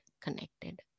connected